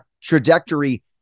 trajectory